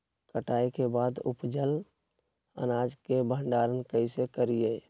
कटाई के बाद उपजल अनाज के भंडारण कइसे करियई?